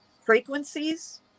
frequencies